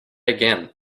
again